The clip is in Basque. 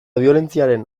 biolentziaren